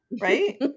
right